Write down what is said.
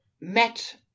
met